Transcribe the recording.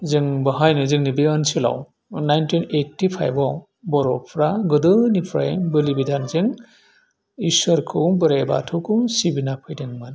जों बेहायनो जोंनि बे ओनसोलाव नाइटिन ओइटिफाइफआव बर'फ्रा गोदोनिफ्राय बोलि बिधानजों इसोरखौ बोराइ बाथौखौ सिबिना फैदोंमोन